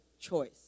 choice